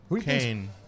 Kane